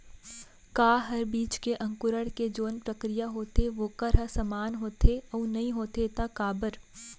का हर बीज के अंकुरण के जोन प्रक्रिया होथे वोकर ह समान होथे, अऊ नहीं होथे ता काबर?